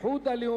ממשיכים בהצבעות.